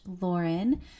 Lauren